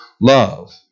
love